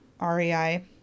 REI